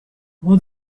what